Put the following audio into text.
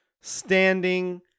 standing